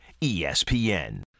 ESPN